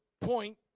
point